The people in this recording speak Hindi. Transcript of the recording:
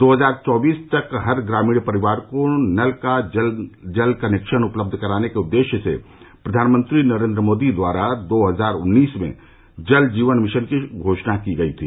दो हजार चौबीस तक हर ग्रामीण परिवार को नल का जल कनेक्शन उपलब्ध कराने के उद्देश्य से प्रधानमंत्री नरेंद्र मोदी द्वारा दो हजार उन्नीस में जल जीवन मिशन की घोषणा की गई थी